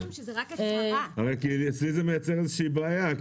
כי אצלי זה מייצר איזו שהיא בעיה.